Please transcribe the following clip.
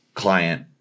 client